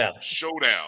showdown